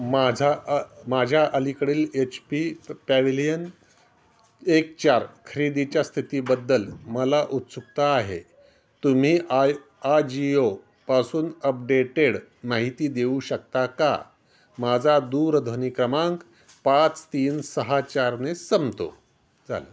माझा अ माझ्या अलीकडील एच पी पॅवलियन एक चार खरेदीच्या स्थितीबद्दल मला उत्सुकता आहे तुम्ही आय आजिओपासून अपडेटेड माहिती देऊ शकता का माझा दूरध्वनी क्रमांक पाच तीन सहा चारने संपतो चाला